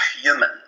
human